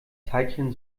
teilchen